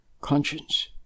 conscience